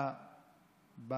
אבל